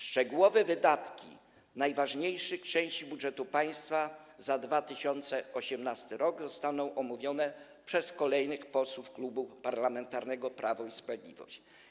Szczegółowe wydatki najważniejszych części budżetu państwa za 2018 r. zostaną omówione przez kolejnych posłów Klubu Parlamentarnego Prawo i Sprawiedliwość.